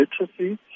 literacy